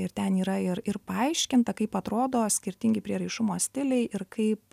ir ten yra ir ir paaiškinta kaip atrodo skirtingi prieraišumo stiliai ir kaip